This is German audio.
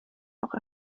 noch